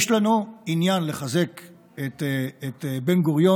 יש לנו עניין לחזק את בן-גוריון,